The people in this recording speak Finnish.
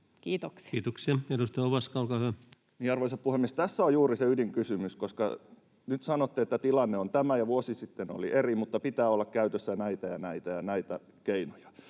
muuttamisesta Time: 13:27 Content: Arvoisa puhemies! Tässä on juuri se ydinkysymys. Nyt sanotte, että tilanne on tämä ja vuosi sitten oli eri mutta pitää olla käytössä näitä ja näitä ja näitä keinoja.